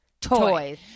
toys